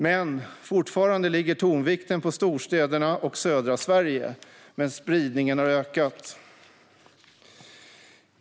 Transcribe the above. Tonvikten ligger fortfarande på storstäderna och södra Sverige, men spridningen har ökat.